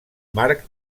marc